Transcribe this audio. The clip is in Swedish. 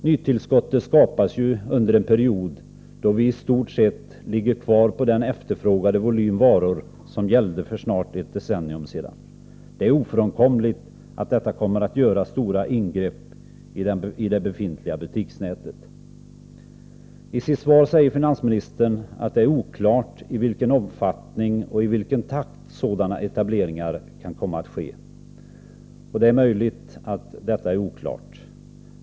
Nytillskotten skapas ju under en period när vi i stort sett ligger kvar på den efterfrågevolym som gällde för snart ett decennium sedan. En sådan utveckling leder ofrånkomligen till stora ingrepp i det befintliga butiksnätet. I sitt svar säger finansministern vidare att det är oklart i vilken omfattning och i vilken takt etableringar av den typ jag berört kan komma att ske. Det är möjligt att detta är oklart.